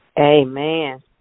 Amen